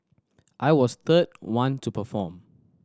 I was third one to perform